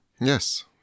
Yes